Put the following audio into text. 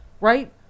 Right